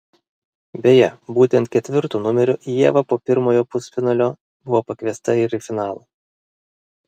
beje būtent ketvirtu numeriu ieva po pirmojo pusfinalio buvo pakviesta ir į finalą